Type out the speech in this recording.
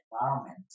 environment